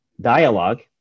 dialogue